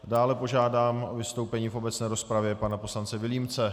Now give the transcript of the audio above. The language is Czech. Dále požádám o vystoupení v obecné rozpravě pana poslance Vilímce.